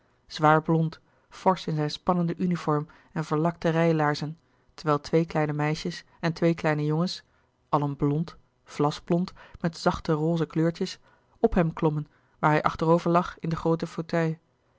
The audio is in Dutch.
zwaar blond forsch in zijn spannende uniform en verlakte rijlaarzen terwijl twee kleine meisjes en twee kleine jongens allen blond vlasblond met zachte roze kleurtjes op hem klommen waar hij achterover lag in den grooten